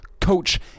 coach